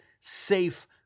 safe